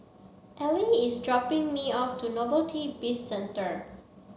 Ell is dropping me off to Novelty Bizcentre